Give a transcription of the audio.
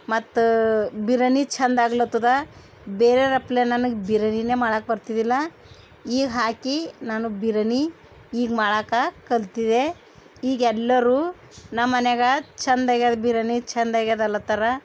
ಮತ್ತು ಬಿರ್ಯಾನಿ ಚಂದ ಆಗ್ಲತ್ತದ ಬೇರೆರ್ ಅಪ್ಲೆ ನನಗೆ ಬಿರ್ಯಾನಿನೇ ಮಾಡಕ್ಕೆ ಬರ್ತಿದ್ದಿಲ್ಲ ಈಗ ಹಾಕಿ ನಾನು ಬಿರಾನಿ ಈಗ ಮಾಡಕ್ಕ ಕಲ್ತಿದೆ ಈಗ ಎಲ್ಲರೂ ನಮ್ಮ ಮನ್ಯಾಗ ಚಂದ ಆಗೈದ ಬಿರ್ಯಾನಿ ಚಂದ ಆಗೈದ ಅಲ್ಲತರ